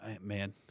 man